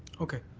okay,